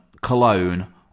Cologne